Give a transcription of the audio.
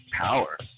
power